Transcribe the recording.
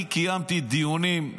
אני קיימתי דיונים.